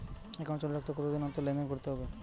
Account চালু রাখতে কতদিন অন্তর লেনদেন করতে হবে?